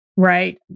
Right